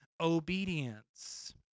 obedience